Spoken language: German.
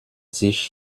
sich